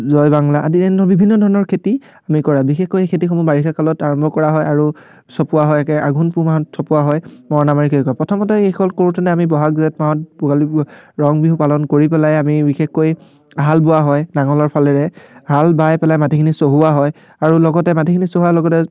জয়বাংলা আদি এনেধৰণৰ বিভিন্ন ধৰণৰ খেতি আমি কৰা বিশেষকৈ খেতিসমূহ বাৰিষা কালত আৰম্ভ কৰা হয় আৰু চপোৱা হয় একে আঘোণ পুহ মাহত চপোৱা হয় মৰণা মাৰি হেৰি কৰা প্ৰথমতে এইসকল কৰোঁতেনে আমি বহাগ জেঠ মাহত ভোগালী বিহু ৰং বিহু পালন কৰি পেলাই আমি বিশেষকৈ হাল বোৱা হয় নাঙলৰ ফালেৰে হাল বাই পেলাই মাটিখিনি চহোৱা হয় আৰু লগতে মাটিখিনি চহোৱাৰ লগতে